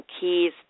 Keys